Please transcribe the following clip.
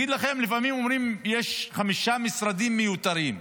לפעמים אומרים שיש חמישה משרדים מיותרים.